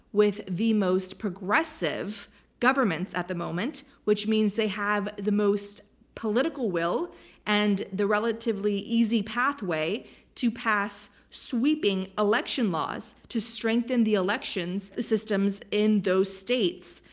with the most progressive governments at the moment, which means they have the most political will and the relatively easy pathway to pass sweeping election laws to strengthen the elections systems in those states.